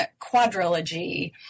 quadrilogy